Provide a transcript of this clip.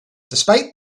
despite